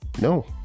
No